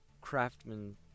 craftsmen